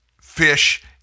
fish